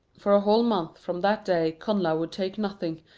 for a whole month from that day connla would take nothing,